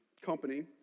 company